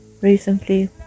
recently